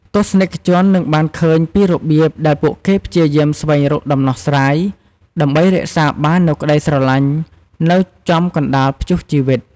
ទស្សនិកជននឹងបានឃើញពីរបៀបដែលពួកគេព្យាយាមស្វែងរកដំណោះស្រាយ ដើម្បីរក្សាបាននូវក្តីស្រឡាញ់នៅចំកណ្តាលព្យុះជីវិត។